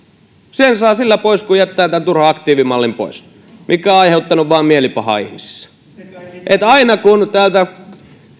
sen saa sillä pois kun jättää tämän turhan aktiivimallin pois mikä on aiheuttanut vain mielipahaa ihmisissä aina täältä